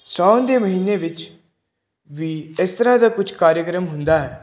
ਸਾਉਣ ਦੇ ਮਹੀਨੇ ਵਿੱਚ ਵੀ ਇਸ ਤਰ੍ਹਾਂ ਦਾ ਕੁਛ ਕਾਰਿਆਕ੍ਰਮ ਹੁੰਦਾ ਹੈ